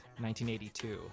1982